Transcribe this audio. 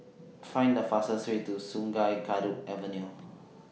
Find The fastest Way to Sungei Kadut Avenue